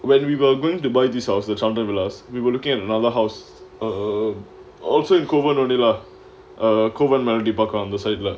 when we were going to buy this house that enable us we were looking at another house are also in kovan only lah err kovan multiple அந்த:antha side leh